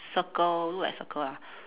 circle look like circle ah